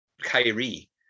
Kyrie